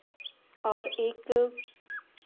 और एक